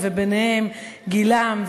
וביניהן גילם,